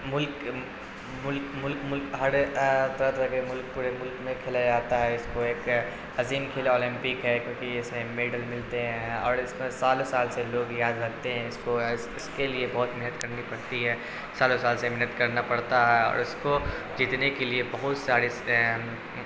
ملک ملک مک ملک ہر طرح طرح کے ملک پورے ملک میں کھیلا جاتا ہے اس کو ایک عظیم کھیل اولمپک ہے کیونکہ اس میں میڈل ملتے ہیں اور اس میں سالو سال سے لوگ یاد رکھتے ہیں اس کو اس کے لیے بہت محنت کرنی پڑتی ہے سالوں سال سے محنت کرنا پڑتا ہے اور اس کو جیتنے کے لیے بہت سارے